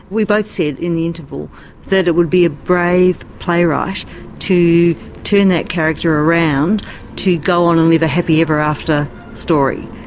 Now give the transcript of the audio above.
we both said in the interval that it would be a brave playwright to to turn and that character around to go on and lead a happy ever after story,